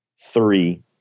three